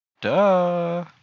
Duh